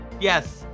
Yes